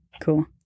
Cool